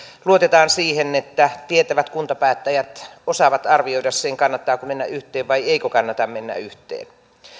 luotetaan siihen että tietävät kuntapäättäjät osaavat arvioida sen kannattaako mennä yhteen vai eikö kannata mennä yhteen